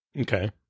Okay